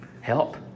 help